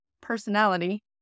personality